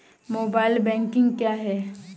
Mobile banking क्या है?